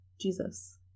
Jesus